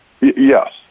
Yes